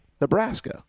Nebraska